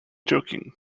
joking